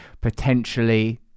potentially